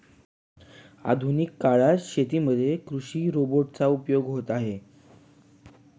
आधुनिक काळात शेतीमध्ये कृषि रोबोट चा उपयोग होत आहे